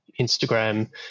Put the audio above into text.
Instagram